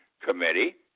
committee